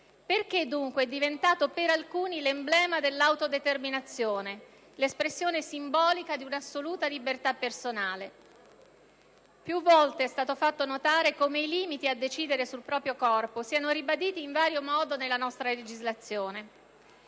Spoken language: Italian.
Perché dunque è diventato per alcuni l'emblema dell'autodeterminazione, l'espressione simbolica di una assoluta libertà personale? Più volte è stato fatto notare come i limiti a decidere sul proprio corpo siano ribaditi in vario modo nella nostra legislazione.